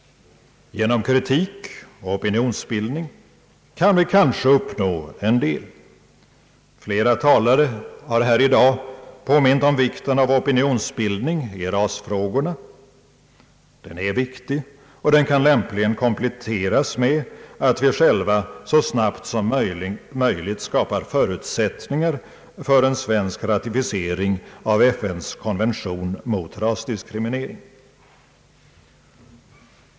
Genom kritik och opinionsbildning kan vi kanske uppnå en del. Flera talare har i dag påmint om vikten av opinionsbildning i rasfrågorna. Den är viktig, och den kan lämpligen kompletteras med att vi själva så snabbt som möjligt skapar förutsättningar för en svensk ratificering av FN:s konvention mot rasdiskriminering.